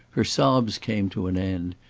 her sobs came to an end,